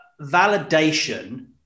validation